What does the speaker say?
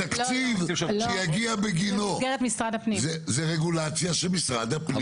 התקציב שיגיע בגינו זה רגולציה של משרד הפנים.